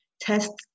tests